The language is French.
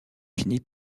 finit